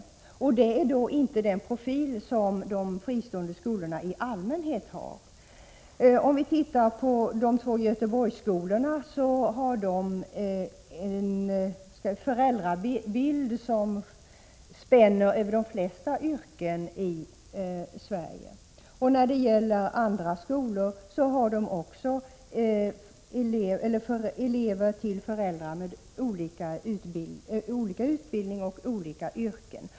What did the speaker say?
De fristående skolorna i allmänhet har inte den profilen. Om vi studerar vilka yrken föräldrarna till eleverna vid de två Göteborgsskolorna har, finner vi att de flesta yrken är representerade. Även andra skolor har elever vilkas föräldrar har olika utbildning och olika yrken.